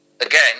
again